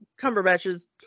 Cumberbatch's